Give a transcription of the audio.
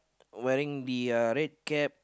wearing the a red cap